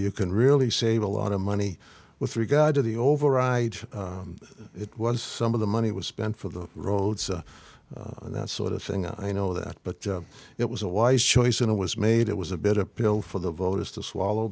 you can really save a lot of money with regard to the override it was some of the money was spent for the roads and that sort of thing i know that but it was a wise choice and it was made it was a bit of pill for the voters to swallow